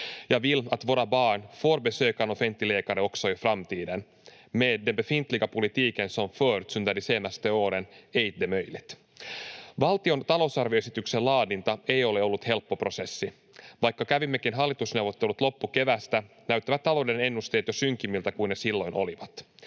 Jag vill att våra barn får besöka en offentlig läkare också i framtiden. Med den befintliga politiken som förts under de senaste åren är inte det möjligt. Valtion talousarvioesityksen laadinta ei ole ollut helppo prosessi. Vaikka kävimmekin hallitusneuvottelut loppukeväästä, näyttävät talouden ennusteet jo synkemmiltä kuin ne silloin olivat.